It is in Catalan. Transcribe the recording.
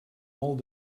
molt